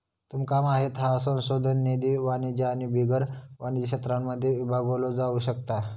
तुमका माहित हा संशोधन निधी वाणिज्य आणि बिगर वाणिज्य क्षेत्रांमध्ये विभागलो जाउ शकता